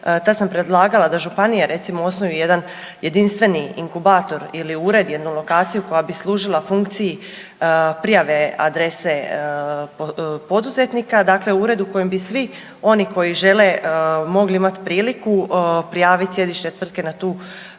tad sam predlagala da županija recimo osnuje jedan jedinstveni inkubator ili ured, jednu lokaciju koja bi služila funkciji prijave adrese poduzetnika, dakle ured u kojem bi svi oni koji žele mogli imati priliku prijaviti sjedište tvrtke na tu